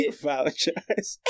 apologize